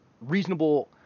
reasonable